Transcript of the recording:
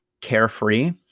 carefree